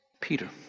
peter